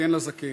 "כן לזקן",